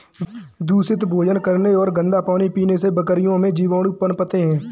दूषित भोजन करने और गंदा पानी पीने से बकरियों में जीवाणु पनपते हैं